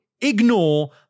ignore